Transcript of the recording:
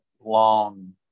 long